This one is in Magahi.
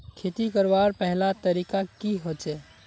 खेती करवार पहला तरीका की होचए?